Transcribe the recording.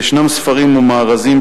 ויש ספרים או מארזים,